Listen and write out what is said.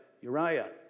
Uriah